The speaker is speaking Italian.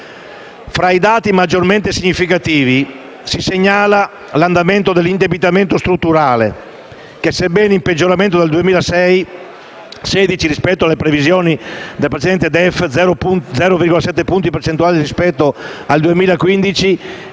Fra i dati maggiormente significativi si segnala l'andamento dell'indebitamento strutturale, che, sebbene in peggioramento nel 2016 rispetto alle previsioni del precedente DEF (0,7 punti percentuali rispetto al 2015),